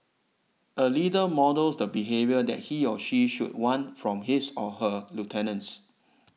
a leader models the behaviour that he or she should want from his or her lieutenants